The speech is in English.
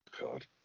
God